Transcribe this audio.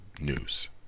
news